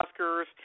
Oscars